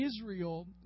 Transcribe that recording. Israel